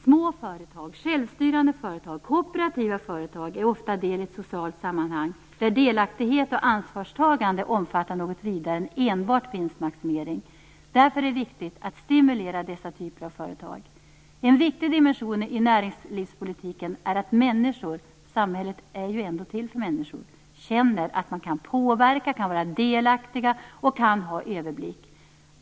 Små företag, självstyrande företag och kooperativa företag är ofta en del i ett socialt sammanhang där delaktighet och ansvarstagande omfattar något vidare än enbart vinstmaximering. Därför är det viktigt att stimulera dessa typer av företag. En viktig dimension i näringslivspolitiken är att människor - samhället är ju ändå till för människor - känner att de kan påverka, vara delaktiga och ha överblick.